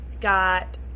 got